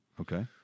Okay